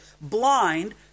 blind